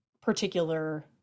particular